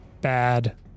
bad